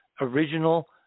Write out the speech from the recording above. original